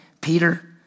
Peter